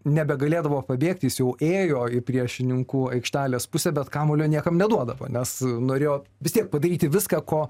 nebegalėdavo pabėgti jis jau ėjo į priešininkų aikštelės pusę bet kamuolio niekam neduodavo nes norėjo vis tiek padaryti viską ko